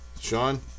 Sean